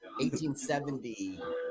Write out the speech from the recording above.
1870